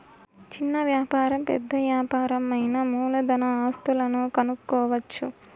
చిన్న వ్యాపారం పెద్ద యాపారం అయినా మూలధన ఆస్తులను కనుక్కోవచ్చు